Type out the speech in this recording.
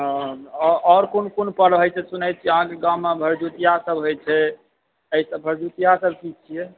हँ आओर कोन कोन पर्व होइ छै सुनै छिए अहाँके गाममे भरदुतियासभ होइ छै एहिसभ भरदुतियासभ की छिए